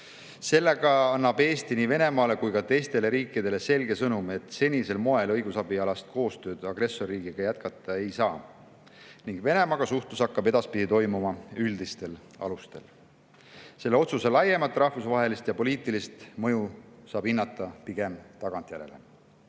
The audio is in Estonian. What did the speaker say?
Sellega [saadab] Eesti nii Venemaale kui ka teistele riikidele selge sõnumi, et senisel moel me õigusabialast koostööd agressorriigiga jätkata ei saa, ning suhtlus Venemaaga hakkab edaspidi toimuma üldistel alustel. Otsuse laiemat rahvusvahelist ja poliitilist mõju saab hinnata pigem tagantjärele.